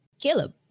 Caleb